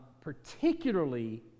Particularly